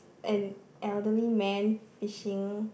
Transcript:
an elderly man fishing